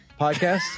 podcast